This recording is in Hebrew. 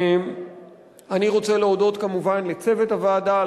אני רוצה להודות כמובן לצוות הוועדה,